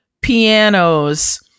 pianos